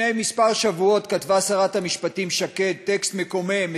לפני כמה שבועות כתבה שרת המשפטים שקד טקסט מקומם,